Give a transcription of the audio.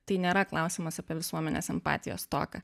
tai nėra klausimas apie visuomenės simpatijos stoką